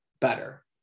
better